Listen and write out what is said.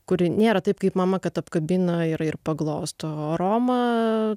kuri nėra taip kaip mama kad apkabina ir ir paglosto romą